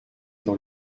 dans